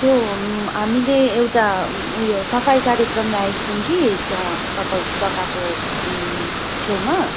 त्यो हामीले एउटा उयो सफाइ कार्यक्रम राखेको छौँ कि त्यहाँ तपाईँहरूको जगाको छेउमा